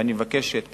ואני מבקש את